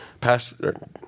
Pastor